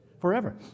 Forever